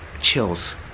Chills